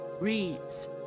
reads